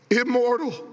immortal